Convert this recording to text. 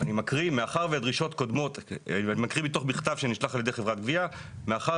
אני מקריא מתוך מכתב שנשלח על ידי חברת גבייה: "מאחר